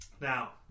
Now